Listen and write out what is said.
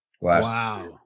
Wow